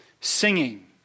singing